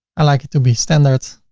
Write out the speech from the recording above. i like it to be standard.